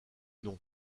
nom